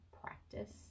practice